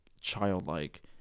childlike